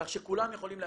כך שכולם יכולים להגיש.